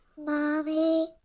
Mommy